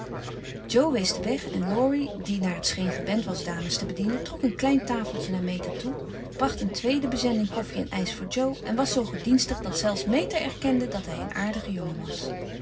jo wees den weg en laurie die naar het scheen gewend was dames te bedienen trok een klein tafeltje naar meta toe bracht eene tweede bezending koffie en ijs voor jo en was zoo gedienstig dat zelfs meta erkende dat hij een aardige jongen was